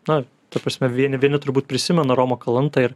na ta prasme vieni vieni turbūt prisimena romą kalantą ir